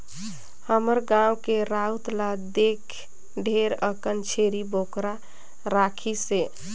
हमर गाँव के राउत ल देख ढेरे अकन छेरी बोकरा राखिसे